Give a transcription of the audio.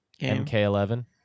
MK11